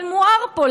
אבל מואר פה,